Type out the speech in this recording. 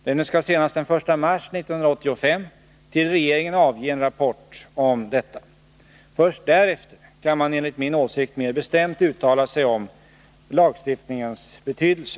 Denne skall senast den 1 mars 1985 till regeringen avge en rapport om detta. Först därefter kan man enligt min åsikt mer bestämt uttala sig om lagstiftningens betydelse.